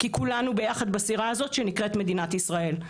כי כולנו ביחד בסירה הזאת שנקראת מדינת ישראל.